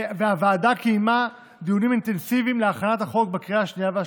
הוועדה קיימה דיונים אינטנסיביים להכנת החוק בקריאה השנייה והשלישית.